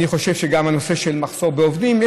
אני חושב שגם הנושא של מחסור בעובדים,